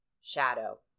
shadow